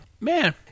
man